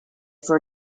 for